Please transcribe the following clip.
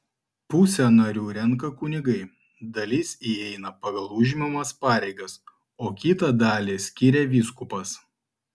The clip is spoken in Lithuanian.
pusę narių renka kunigai dalis įeina pagal užimamas pareigas o kitą dalį skiria vyskupas